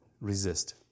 resist